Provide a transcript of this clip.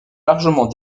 largement